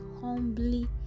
humbly